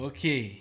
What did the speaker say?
Okay